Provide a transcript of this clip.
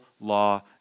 law